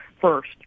first